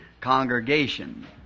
congregation